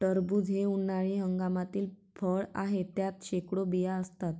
टरबूज हे उन्हाळी हंगामातील फळ आहे, त्यात शेकडो बिया असतात